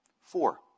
Four